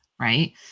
right